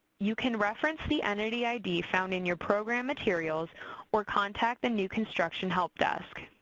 you can reference the entity id found in your program materials or contact the new construction help desk.